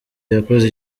yakoze